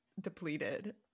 depleted